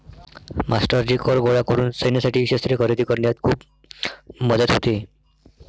मास्टरजी कर गोळा करून सैन्यासाठी शस्त्रे खरेदी करण्यात खूप मदत होते